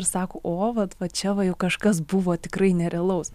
ir sako o vat va čia va jau kažkas buvo tikrai nerealaus